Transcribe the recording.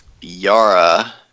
Yara